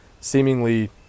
seemingly